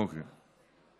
אוקיי.